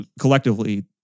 collectively